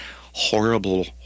horrible